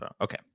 Okay